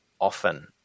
often